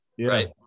right